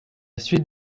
suite